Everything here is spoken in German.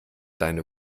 deine